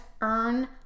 earn